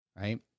right